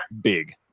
big